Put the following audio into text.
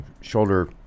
shoulder